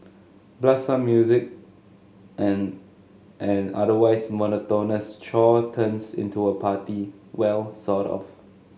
blast some music and an otherwise monotonous chore turns into a party well sort of